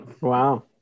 Wow